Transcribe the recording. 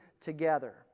together